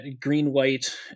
green-white